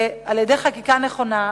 על-ידי חקיקה נכונה,